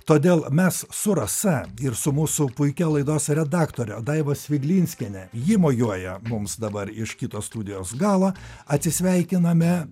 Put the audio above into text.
todėl mes su rasa ir su mūsų puikia laidos redaktore daiva sviglinskiene ji mojuoja mums dabar iš kito studijos galo atsisveikiname